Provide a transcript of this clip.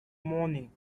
morning